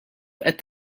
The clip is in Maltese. qed